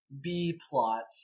B-plot